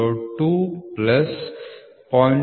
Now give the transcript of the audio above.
002 plus 0